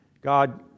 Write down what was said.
God